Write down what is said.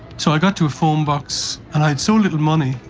so i got to a phone box, and i had so little money,